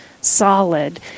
solid